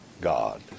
God